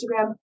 Instagram